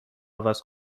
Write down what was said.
عوض